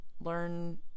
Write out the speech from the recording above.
Learn